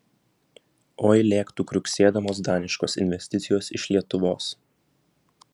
oi lėktų kriuksėdamos daniškos investicijos iš lietuvos